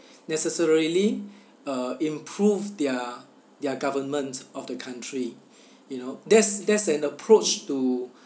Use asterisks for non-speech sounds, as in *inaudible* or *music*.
*breath* necessarily *breath* uh improve their their governments of the country *breath* you know that's that's an approach to